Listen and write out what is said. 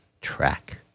track